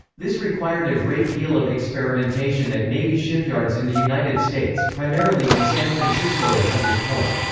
this required a great deal of experimentation at navy shipyards in the united states, primarily in san francisco at hunters point.